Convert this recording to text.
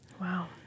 Wow